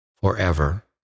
forever